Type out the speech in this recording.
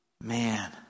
Man